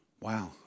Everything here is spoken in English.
Wow